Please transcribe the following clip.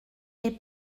est